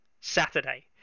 saturday